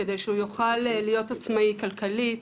כדי שהוא יוכל להיות עצמאי כלכלית,